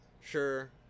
Sure